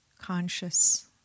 conscious